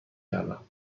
کردم